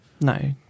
No